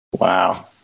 Wow